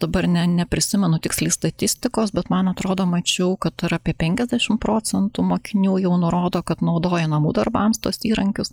dabar ne neprisimenu tiksliai statistikos bet man atrodo mačiau kad ar apie penkiasdešim procentų mokinių jau nurodo kad naudoja namų darbams tuos įrankius